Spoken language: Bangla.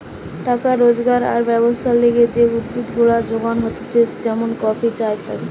টাকা রোজগার আর ব্যবসার লিগে যে উদ্ভিদ গুলা যোগান হতিছে যেমন কফি, চা ইত্যাদি